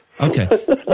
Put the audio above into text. Okay